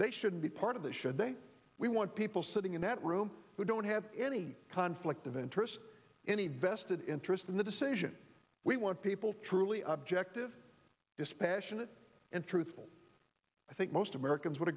they should be part of the should they we want people sitting in that room who don't have any conflict of interest any vested interest in the decision we want people truly objective dispassionate and truthful i think most americans would